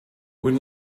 when